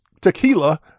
tequila